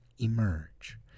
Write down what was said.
emerge